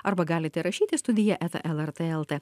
arba galite rašyti studija eta lrt lt